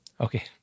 Okay